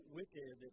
wicked